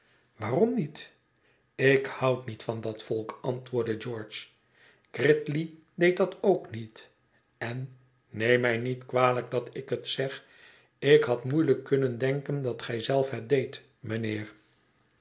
waarom niet ik houd niet van dat volk antwoordde george gridley deed dat ook niet en neem mij niet kwalijk dat ik het zeg ik had moeielijk kunnen denken dat gij zelf het deedt mijnheer